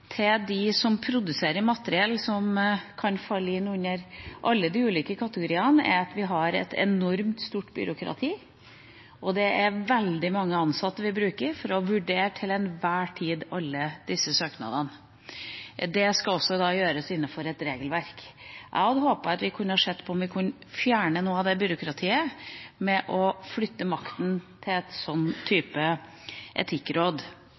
til dem som produserer materiell som kan falle inn under alle de ulike kategoriene, er at vi har et enormt stort byråkrati. Vi bruker til enhver tid veldig mange ansatte til å vurdere alle disse søknadene. Det skal også gjøres innenfor et regelverk. Jeg hadde håpet at vi kunne sett på om vi kunne fjerne noe av det byråkratiet ved å flytte makta til et slikt etikkråd,